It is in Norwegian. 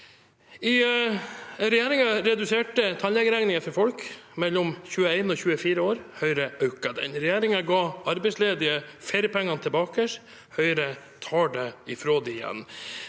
Regjeringen reduserte tannlegeregningen for folk mellom 21 år og 24 år. Høyre økte den. Regjeringen ga arbeidsledige feriepengene tilbake. Høyre tar det fra dem igjen.